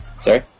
Sorry